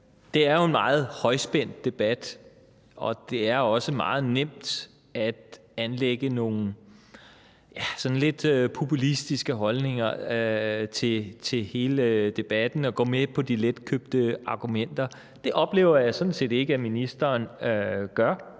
Det er jo en meget højspændt debat, og det er også meget nemt at anlægge nogle sådan lidt populistiske holdninger til hele debatten og gå med på de letkøbte argumenter. Det oplever jeg sådan set ikke at ministeren gør.